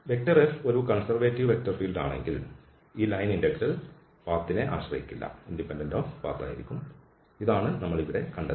F ഒരു conservative vector ഫീൽഡാണെങ്കിൽ ഈ ലൈൻ ഇന്റഗ്രൽ പാത്ത്നെ ആശ്രയിക്കില്ല ഇതാണ് നമ്മൾ ഇവിടെ കണ്ടത്